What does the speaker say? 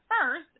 first